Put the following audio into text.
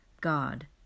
God